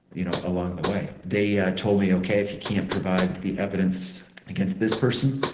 you know, along the way, they ah told me, ok, if you can't provide the evidence against this person,